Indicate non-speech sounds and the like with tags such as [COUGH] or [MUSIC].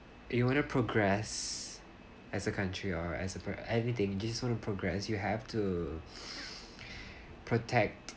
so you wanna progress as a country or as uh anything or do you just wanna progress you have to [BREATH] protect